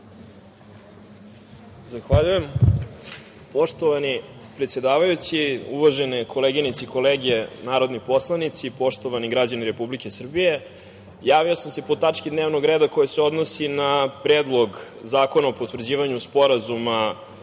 Zahvaljujem. Poštovani predsedavajući, uvažene koleginice i kolege narodni poslanici, poštovani građani Republike Srbije, javio sam se po tački dnevnog reda koja se odnosi na Predlog zakona o potvrđivanju Sporazuma